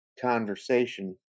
conversation